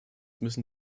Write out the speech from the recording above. müssen